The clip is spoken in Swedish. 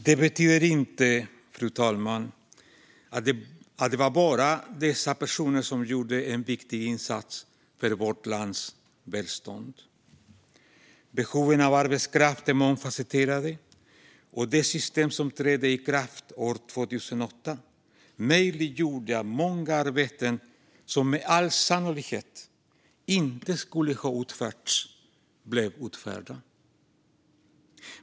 Detta betyder inte, fru talman, att det var enbart dessa personer som gjorde en viktig insats för vårt lands välstånd. Behovet av arbetskraft är mångfasetterat, och det system som trädde i kraft år 2008 möjliggjorde att många arbeten som med all sannolikhet inte skulle ha utförts blev utförda.